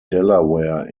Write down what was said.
delaware